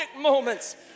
moments